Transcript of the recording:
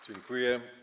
Dziękuję.